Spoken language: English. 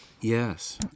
Yes